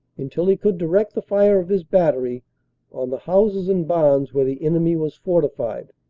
until he could direct the fire of his battery on the houses and barns where the enemy was fortified.